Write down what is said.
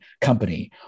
company